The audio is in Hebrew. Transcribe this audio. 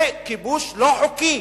זה כיבוש לא חוקי,